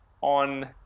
on